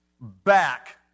back